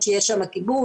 שיהיה שם כיבוד,